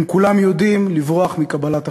הם כולם יודעים לברוח מקבלת החלטות.